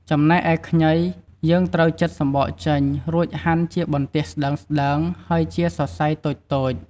ចំណែកឯខ្ញី យើងត្រូវចិតសំបកចេញ រួចហាន់ជាបន្ទះស្ដើងៗ ហើយជាសរសៃតូចៗ។